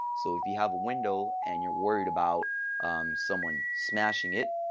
so if you have a window and you're worried about someone smashing it,